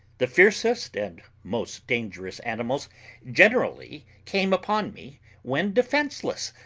the fiercest and most dangerous animals generally came upon me when defenceless,